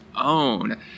own